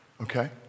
okay